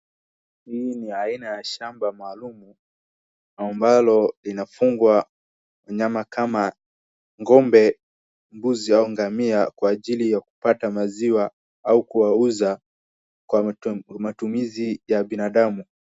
Hii ni aina ya shamba maalum, ambalo linafungwa wanyama kama ng'ombe, mbuzi au ngamia kwa ajili ya kupata maziwa au kuwauza kwa matumizi ya binadamu.